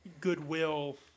goodwill